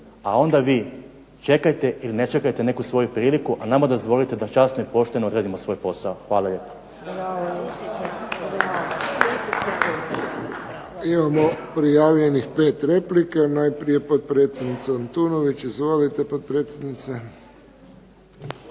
a onda vi čekajte ili ne čekajte neku svoju priliku, a nama dozvolite da časno i pošteno odradimo svoj posao. Hvala lijepa. **Friščić, Josip (HSS)** Imamo prijavljenih pet replika. Najprije potpredsjednica Antunović. Izvolite potpredsjednice.